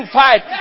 fight